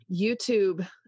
YouTube